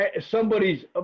somebody's